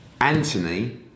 Anthony